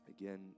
again